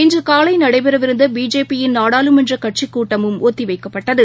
இன்றுகாலைநடைபெறவிருந்தபிஜேபி யின் நாடாளுமன்றகட்சிக் கூட்டமும் ஒத்திவைக்கப்பட்டது